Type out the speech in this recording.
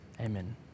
Amen